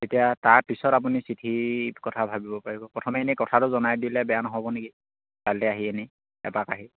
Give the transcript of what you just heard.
তেতিয়া তাৰপিছত আপুনি চিঠিৰ কথা ভাবিব পাৰিব প্ৰথমে এনেই কথাটো জনাই দিলে বেয়া নহ'ব নেকি কাইলে আহি এনেই এপাক আহি